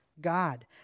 God